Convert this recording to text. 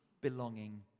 belonging